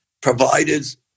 providers